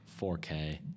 4K